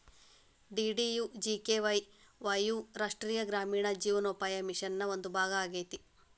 DDUGKY Y U ರಾಷ್ಟ್ರೇಯ ಗ್ರಾಮೇಣ ಜೇವನೋಪಾಯ ಮಿಷನ್ ನ ಒಂದು ಭಾಗ ಆಗೇತಿ